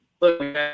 Look